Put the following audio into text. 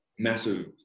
Massive